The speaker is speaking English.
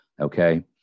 Okay